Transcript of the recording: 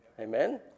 Amen